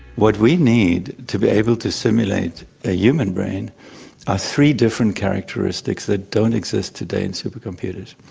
what we need to be able to simulate a human brain are three different characteristics that don't exist today in supercomputers.